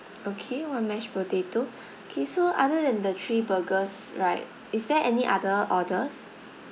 okay one mashed potato K so other than the three burgers right is there any other orders